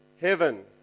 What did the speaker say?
heaven